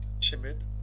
timid